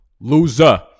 loser